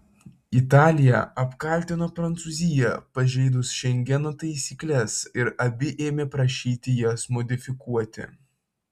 italija apkaltino prancūziją pažeidus šengeno taisykles ir abi ėmė prašyti jas modifikuoti